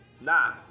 nah